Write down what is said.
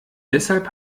deshalb